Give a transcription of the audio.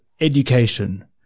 education